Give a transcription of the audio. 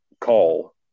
call